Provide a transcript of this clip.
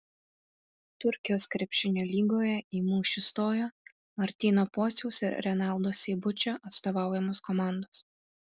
turkijos krepšinio lygoje į mūšį stojo martyno pociaus ir renaldo seibučio atstovaujamos komandos